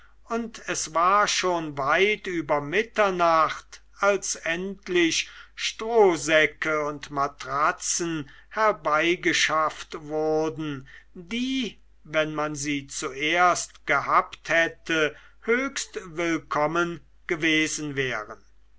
und es war schon weit über mitternacht als endlich strohsäcke und matratzen herbeigeschafft wurden die wenn man sie zuerst gehabt hätte höchst willkommen gewesen wären